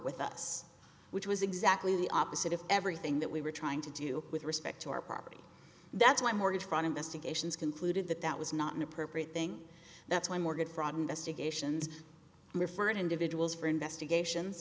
with us which was exactly the opposite of everything that we were trying to do with respect to our property that's why mortgage fraud investigations concluded that that was not an appropriate thing that's why mortgage fraud investigations referred individuals for investigation